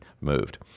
moved